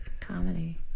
Comedy